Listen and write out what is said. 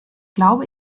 glaube